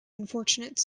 unfortunate